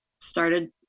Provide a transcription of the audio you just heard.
started